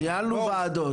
ניהלנו ועדות,